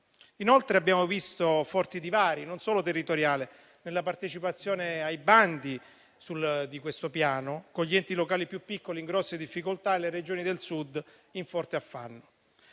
Inoltre, abbiamo visto forti divari, non solo territoriali, nella partecipazione ai bandi di questo piano, con gli enti locali più piccoli in grosse difficoltà e le Regioni del Sud in forte affanno.